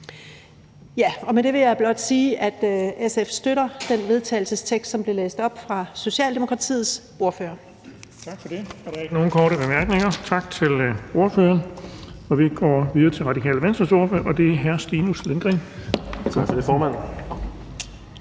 Ja, og med det vil jeg blot sige, at SF støtter den vedtagelsestekst, som blev læst op af Socialdemokratiets ordfører.